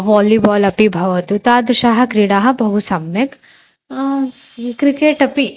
volleyball अपि भवति तादृशाः क्रीडाः बहु सम्यक् क्रिकेट् अपि